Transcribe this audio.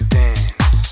dance